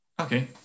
Okay